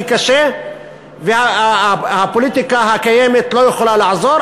קשה והפוליטיקה הקיימת לא יכולה לעזור,